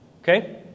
Okay